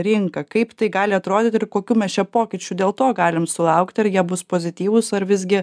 rinką kaip tai gali atrodyti ir kokių mes čia pokyčių dėl to galim sulaukti ar jie bus pozityvūs ar visgi